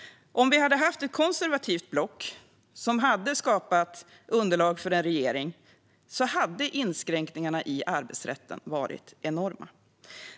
Om vi skulle ha haft ett konservativt block som hade skapat underlag för en regering hade inskränkningarna i arbetsrätten varit enorma.